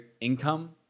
income